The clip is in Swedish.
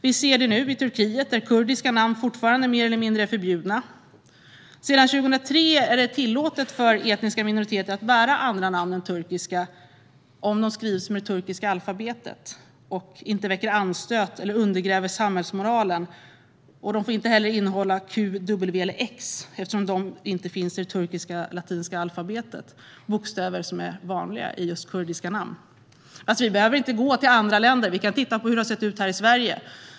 Vi ser det nu i Turkiet, där kurdiska namn fortfarande är mer eller mindre förbjudna. Sedan 2003 är det tillåtet för etniska minoriteter att bära andra namn än turkiska - om de skrivs med det turkiska alfabetet och inte väcker anstöt eller undergräver samhällsmoralen. De får inte heller innehålla q, w eller x, eftersom dessa bokstäver inte finns i det turkiska latinska alfabetet. De är dock vanliga i just kurdiska namn. Vi behöver inte ens gå till andra länder; vi kan titta på hur det har sett ut här i Sverige.